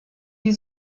die